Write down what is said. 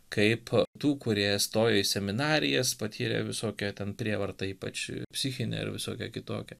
kaip tų kurie stojo į seminarijas patyrė visokią ten prievartą ypač psichinę ir visokia kitokia